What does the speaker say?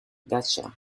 gotcha